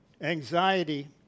anxiety